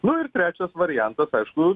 nu ir trečias variantas aišku